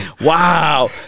wow